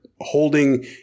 holding